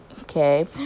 okay